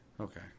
Okay